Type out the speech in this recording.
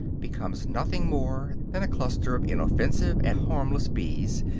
becomes nothing more than a cluster of inoffensive and harmless bees,